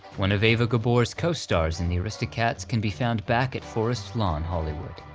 one of eva gabor's co-stars in the aristocats can be found back at forest lawn hollywood.